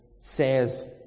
says